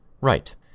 Right